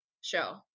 show